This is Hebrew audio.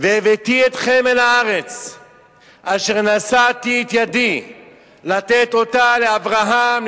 "והבאתי אתכם אל הארץ אשר נשאתי את ידי לתת אֹתה לאברהם,